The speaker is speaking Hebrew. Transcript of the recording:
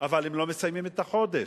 אבל הם לא מסיימים את החודש,